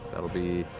that'll be